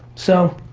so,